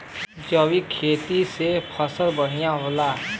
जैविक खेती से फसल बढ़िया होले